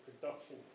production